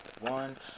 one